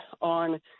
on